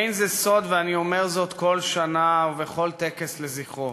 זה לא סוד, ואני אומר זאת כל שנה ובכל טקס לזכרו,